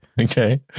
Okay